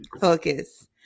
focus